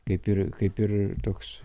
kaip ir kaip ir toks